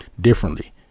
differently